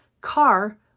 car